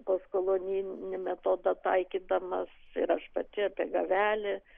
postkolonijinį metodą taikydamas ir aš pati apie gavelį